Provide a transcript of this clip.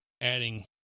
adding